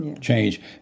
change